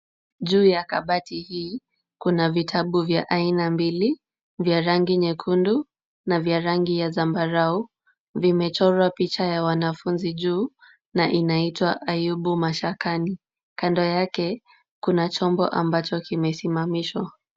Juu ya kabati hii kuna vitabu vya aina mbili, vya rangi nyekundu na vya rangi ya zambarau. Vimechorwa picha ya wanafunzi juu na inaitwa Ayubu mashakani. Kando yake kuna chombo ambacho kimesimamishwa.